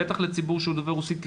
בטח לציבור דוברי הרוסית,